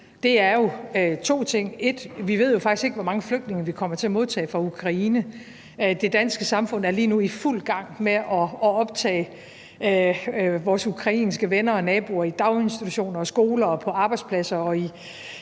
Vi ved jo faktisk ikke, hvor mange flygtninge vi kommer til at modtage fra Ukraine. Det danske samfund er lige nu i fuld gang med at optage vores ukrainske venner og naboer i daginstitutioner og skoler og på arbejdspladser